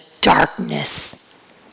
darkness